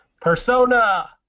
Persona